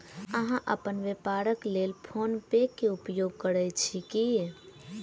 अहाँ अपन व्यापारक लेल फ़ोन पे के उपयोग करै छी की?